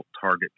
target